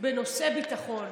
בנושא ביטחון.